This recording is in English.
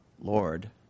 Lord